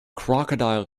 crocodile